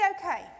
okay